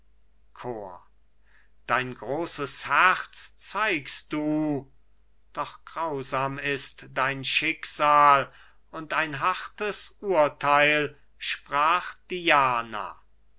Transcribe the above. chor dein großes herz zeigst du doch grausam ist dein schicksal und ein hartes urtheil sprach diana